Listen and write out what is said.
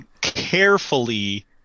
carefully